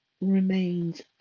remains